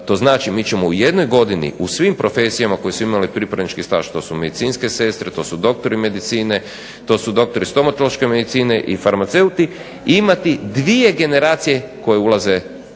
To znači mi ćemo u jednoj godini u svim profesijama koje su imale pripravnički staž to su medicinske sestre, to su doktori medicine, to su doktori stomatološke medicine i farmaceuti imati dvije generacije koje ulaze na